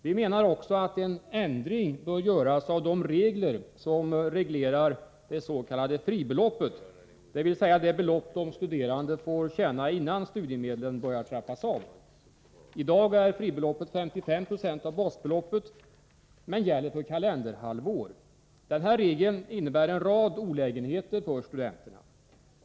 Vi menar också att det bör göras en ändring av de regler som reglerar det s.k. fribeloppet, dvs. det belopp de studerande får tjäna innan studiemedlen börjar trappas av. Den här regeln innebär en rad olägenheter för studenterna.